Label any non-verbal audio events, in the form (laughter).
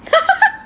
(laughs)